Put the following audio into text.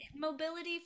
Mobility